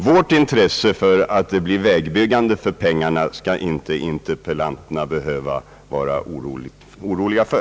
Mitt intresse för att pengarna går till vägbyggandet behöver interpellanterna inte vara oroliga för.